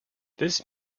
this